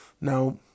Now